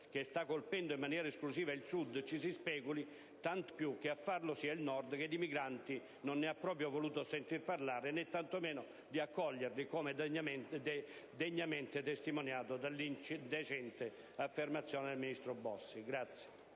che sta colpendo in maniera esclusiva il Sud si speculasse, tanto più se a farlo fosse il Nord che di migranti non ha proprio voluto sentir parlare, né tantomeno li ha voluti accogliere, come degnamente testimoniato dall'indecente affermazione del ministro Bossi.